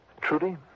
Trudy